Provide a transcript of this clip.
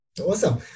Awesome